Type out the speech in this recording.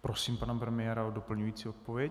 Prosím pana premiéra o doplňující odpověď.